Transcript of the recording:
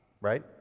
right